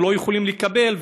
הם לא יכולים לקבל,